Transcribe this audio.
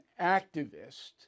activist